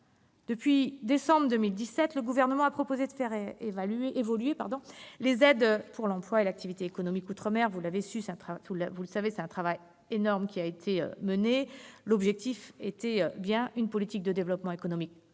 Depuis décembre 2017, le Gouvernement a proposé de faire évoluer les aides pour l'emploi et l'activité économique outre-mer. Vous le savez, un travail énorme a été mené en ce sens. L'objectif était bien de définir une politique de développement économique